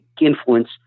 influence